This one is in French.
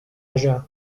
agen